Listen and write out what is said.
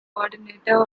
coordinator